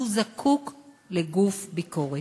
הוא זקוק לגוף ביקורת.